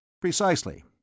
Precisely